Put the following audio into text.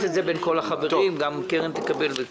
אותה בין כל החברים וגם קרן ברק תקבל.